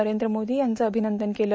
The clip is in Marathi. वरेंद्र मोदी यांचे अभिवंदन केलं